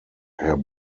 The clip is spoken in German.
herr